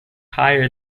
higher